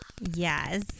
yes